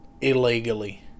Illegally